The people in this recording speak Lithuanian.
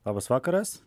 labas vakaras